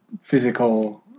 physical